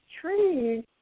trees